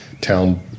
town